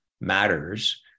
matters